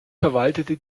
verwaltete